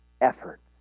efforts